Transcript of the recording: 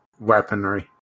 weaponry